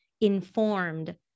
informed